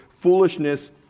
foolishness